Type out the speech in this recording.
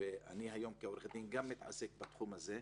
ואני היום כעורך דין גם מתעסק בתחום הזה,